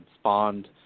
spawned